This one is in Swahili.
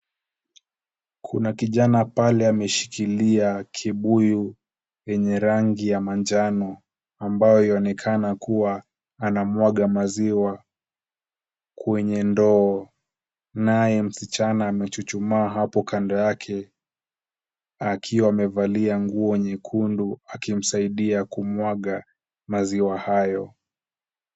Kuna kijana pale ameshikilia kibuyu yenye rangi ya manjano ambayo inaonekana kuwa anamwanga maziwa kwenye ndoo, naye msichana amechuchuma hapo kando yake, akiwa amevalia nguo nyekundu akimsaidia kumwaga maziwa hayo.